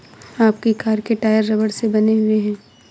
आपकी कार के टायर रबड़ से बने हुए हैं